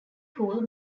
pool